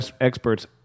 experts